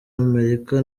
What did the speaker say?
amerika